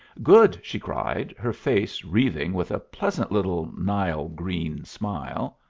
good! she cried, her face wreathing with a pleasant little nile-green smile.